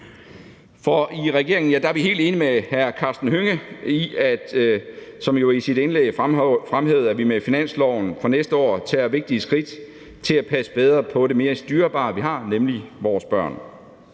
I regeringen er vi helt enige med hr. Karsten Hønge, som i sit indlæg fremhævede, at vi med finansloven for næste år tager vigtige skridt til at passe bedre på det mest dyrebare, vi har, nemlig vores børn.